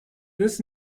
this